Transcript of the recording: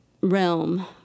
realm